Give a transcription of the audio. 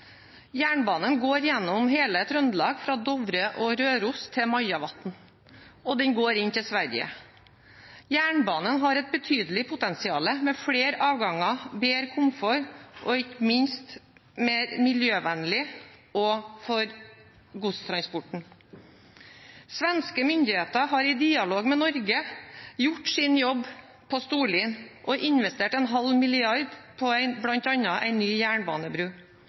Jernbanen går gjennom hele Trøndelag, fra Dovre og Røros til Majavatn, og den går inn til Sverige. Jernbanen har et betydelig potensial, med flere avganger og bedre komfort, og er ikke minst mer miljøvennlig også når det gjelder godstransporten. Svenske myndigheter har i dialog med Norge gjort sin jobb på Storlien og investert 0,5 mrd. kr i bl.a. en ny jernbanebru.